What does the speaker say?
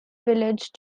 village